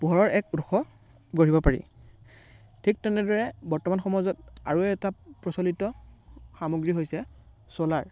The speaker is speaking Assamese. পোহৰৰ এক উৎস গঢ়িব পাৰি ঠিক তেনেদৰে বৰ্তমান সমাজত আৰু এটা প্ৰচলিত সামগ্ৰী হৈছে চ'লাৰ